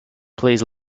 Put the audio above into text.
please